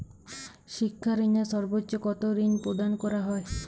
শিক্ষা ঋণে সর্বোচ্চ কতো ঋণ প্রদান করা হয়?